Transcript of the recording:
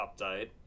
update